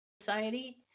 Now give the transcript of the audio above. society